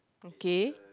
okay